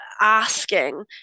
asking